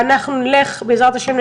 בעזרת השם,